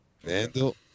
Vandal